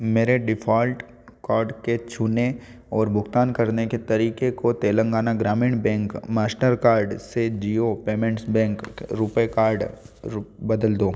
मेरे default card के छूने और भुगतान करने के तरीके को तेलंगाना ग्रामीण बेंक मास्टरकार्ड से Jio payments bank RuPay card बदल दो